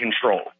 control